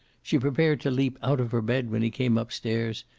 she prepared to leap out of her bed when he came up-stairs,